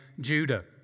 Judah